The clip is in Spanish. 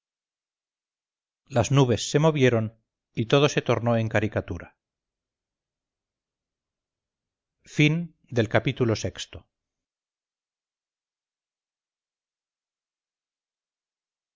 las nubes se movieron y todo se tornó en caricatura ii